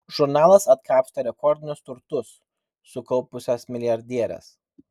žurnalas atkapstė rekordinius turtus sukaupusias milijardieres